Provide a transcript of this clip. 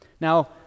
now